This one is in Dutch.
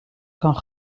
kan